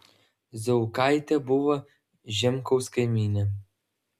zaukaitė buvo žemkaus kaimynė